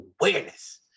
awareness